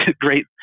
great